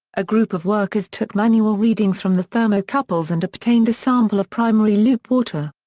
a group of workers took manual readings from the thermocouples and obtained a sample of primary loop water.